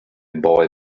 boy